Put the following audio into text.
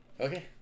Okay